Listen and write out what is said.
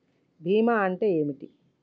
బీమా అంటే ఏమిటి?